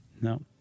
No